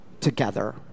together